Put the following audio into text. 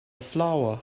flower